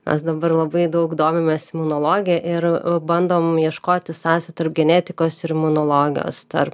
mes dabar labai daug domimės imunologija ir bandom ieškoti sąsajų tarp genetikos ir imunologijos tarp